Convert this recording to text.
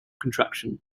contraction